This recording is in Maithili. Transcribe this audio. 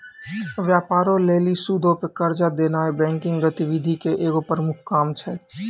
व्यापारो लेली सूदो पे कर्जा देनाय बैंकिंग गतिविधि के एगो प्रमुख काम छै